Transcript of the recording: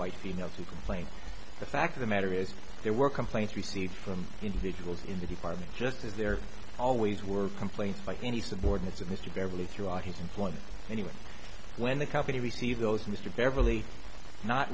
white females who complain the fact of the matter is there were complaints received from individuals in the department just as there always were complaints by any subordinates of mr beverly throughout his employment anyway when the company received those mr beverley not